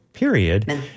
period